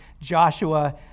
Joshua